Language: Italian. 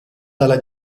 dalla